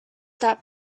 that